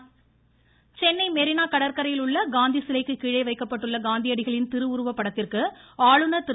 காந்தியடிகள் சென்னை சென்னை மெரினா கடற்கரையில் உள்ள காந்தி சிலைக்கு கீழே வைக்கப்பட்டுள்ள காந்தியடிகளின் திருவுருவ படத்திற்கு ஆளுநர் திரு